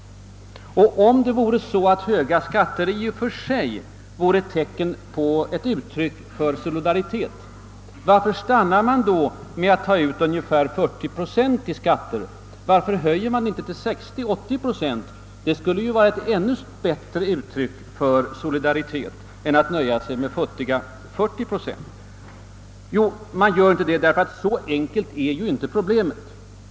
Om höga skatter i och för sig vore ett uttryck för solidaritet, varför stannar man då vid att ta ut ungefär 40 procent i skatt? Varför tar man inte ut 60 eller 80 procent? Det skulle ju vara ett ännu bättre uttryck för solidaritet än att nöja sig med futtiga 40 procent. Nej. Man avstår från det, eftersom problemet inte är så enkelt.